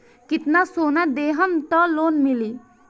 कितना सोना देहम त लोन मिली?